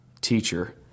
Teacher